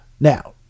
Now